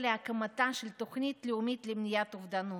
להקמתה של תוכנית לאומית למניעת אובדנות,